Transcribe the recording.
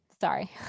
Sorry